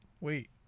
wait